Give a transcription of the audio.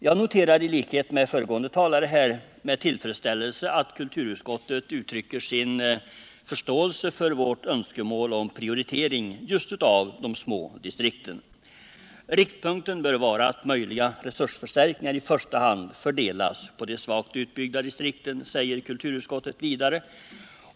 Jag noterar i likhet med föregående talare med tillfredsställelse att kulturutskottet uttrycker sin förståelse för vårt önskemål om prioritering av de små distrikten. ”Riktpunkten bör vara att möjliga resursförstärkningar i första hand fördelas på de svagt utbyggda distrikten”, säger kulturutskottet vidare.